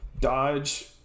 dodge